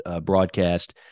broadcast